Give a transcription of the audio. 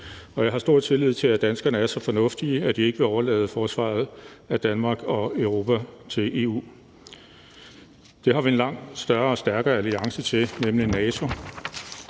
jeg har stor tillid til, at danskerne er så fornuftige, at de ikke vil overlade forsvaret af Danmark og Europa til EU. Det har vi en langt større og stærkere alliance til, nemlig NATO.